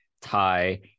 Thai